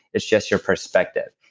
it's just your perspective.